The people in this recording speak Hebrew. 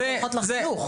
בורחות לחינוך.